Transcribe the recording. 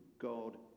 God